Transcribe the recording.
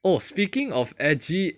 oh speaking of edgy